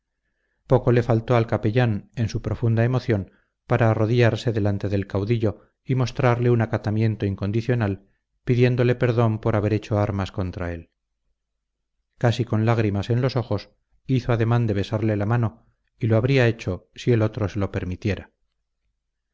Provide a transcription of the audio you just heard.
poco le faltó al capellán en su profunda emoción para arrodillarse delante del caudillo y mostrarle un acatamiento incondicional pidiéndole perdón por haber hecho armas contra él casi con lágrimas en los ojos hizo ademán de besarle la mano y lo habría hecho si el otro se lo permitiera